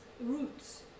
roots